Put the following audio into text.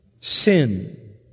Sin